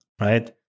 right